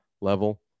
level